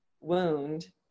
wound